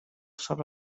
sobre